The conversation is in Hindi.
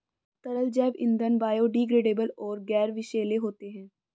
तरल जैव ईंधन बायोडिग्रेडेबल और गैर विषैले होते हैं